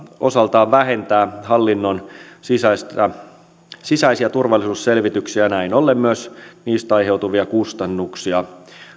osaltaan vähentää hallinnon sisäisiä turvallisuusselvityksiä ja näin ollen myös niistä aiheutuvia kustannuksia